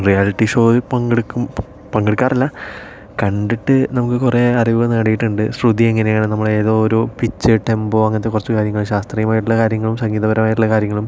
reality ഷോയിൽ പങ്കെടുക്കു പങ്കെടുക്കാറില്ല കണ്ടിട്ട് നമുക്ക് കുറേ അറിവുകൾ നേടിയിട്ടുണ്ട് ശ്രുതിയെങ്ങനെയാണ് നമ്മൾ ഏതോ ഒരു പിച്ച് ടെമ്പോ അങ്ങനത്തെ കുറച്ച് കാര്യങ്ങൾ ശാസ്ത്രീയ പരമായിട്ടുള കാര്യങ്ങളും സംഗീത പരമായിട്ടുള്ള കാര്യങ്ങളും